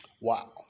Wow